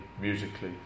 musically